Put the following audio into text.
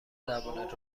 زبونت